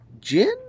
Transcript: gin